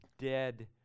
dead